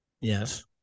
Yes